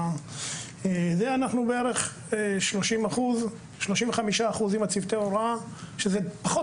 אנחנו בערך 35% עם צוותי ההוראה שזה פחות